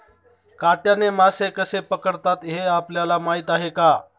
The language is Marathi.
काट्याने मासे कसे पकडतात हे आपल्याला माहीत आहे का?